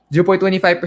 0.25%